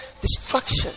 destruction